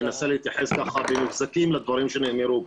אני אנסה להתייחס לדברים שנאמרו פה.